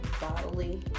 bodily